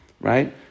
Right